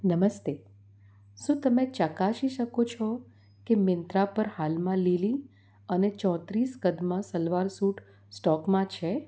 નમસ્તે શું તમે ચકાસી શકો છો કે મિન્ત્રા પર હાલમાં લીલી અને ચોત્રીસ કદમાં સલવાર સૂટ સ્ટોકમાં છે